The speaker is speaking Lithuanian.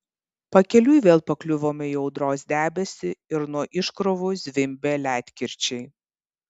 pakeliui vėl pakliuvome į audros debesį ir nuo iškrovų zvimbė ledkirčiai